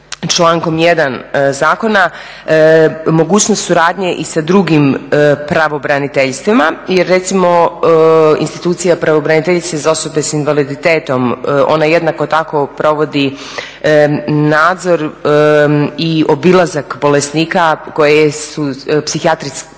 člankom 1. zakon mogućnost suradnje i sa drugim pravobraniteljstvima jer recimo institucija pravobraniteljice za osobe s invaliditetom, ona jednako tako provodi nadzor i obilazak bolesnika koji su tretirani